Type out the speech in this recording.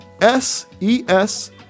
s-e-s